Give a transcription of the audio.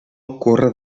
ocorre